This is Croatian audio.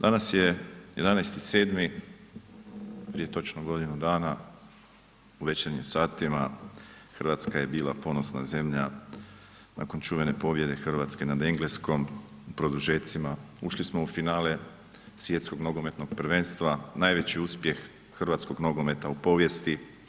Danas je 11.7. prije točno godinu dana u večernjim satima Hrvatska je bila ponosna zemlja nakon čuvene pobjede Hrvatske nad Engleskom, u produžecima, ušli smo u finale Svjetskog nogometnog prvenstva, najveći uspjeh hrvatskog nogometa u povijesti.